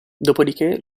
dopodiché